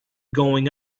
going